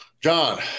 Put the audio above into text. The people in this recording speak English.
john